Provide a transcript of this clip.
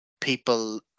people